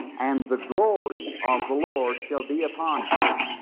and the glory of the lord shall be upon her